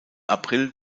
april